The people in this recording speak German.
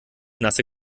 nasse